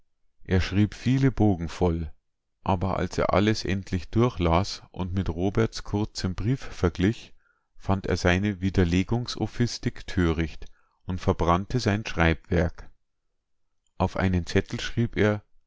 er schrieb viele bogen voll aber als er alles endlich durchlas und mit roberts kurzem brief verglich fand er seine widerlegungssophistik töricht und verbrannte sein schreibwerk auf einen zettel schrieb er